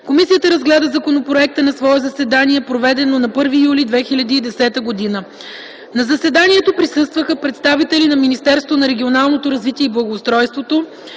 Комисията разгледа законопроекта на свое заседание, проведено на 1 юли 2010 г. На заседанието присъстваха представители на Министерството на регионалното развитие и благоустройството: